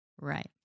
Right